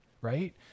right